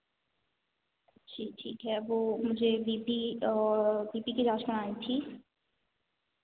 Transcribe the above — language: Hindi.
जी ठीक है वह मुझे बीपी बी पी की इलाज करवानी थी